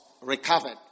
recovered